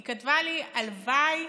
היא כתבה לי: הלוואי